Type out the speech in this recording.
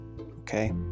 Okay